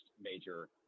major